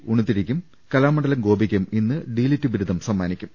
ഉണ്ണിത്തിരിക്കും Kalamandalam ഗോപിക്കും ഇന്ന് DLitt ബിരുദം സമ്മാനിക്കും